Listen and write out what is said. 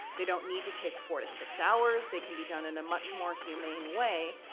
they don't need to take four to six hours, they can be done in a much more humane way,